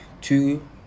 two